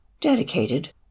Dedicated